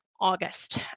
August